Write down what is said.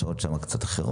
השעות שם הן קצת אחרות.